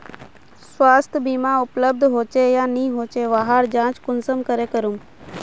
स्वास्थ्य बीमा उपलब्ध होचे या नी होचे वहार जाँच कुंसम करे करूम?